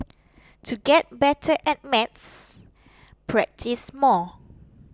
to get better at maths practise more